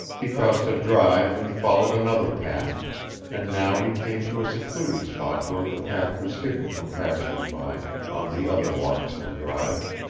he crossed a drive and followed another path and now he came to a secluded spot where the path was hidden from passers-by on the other walks and drives.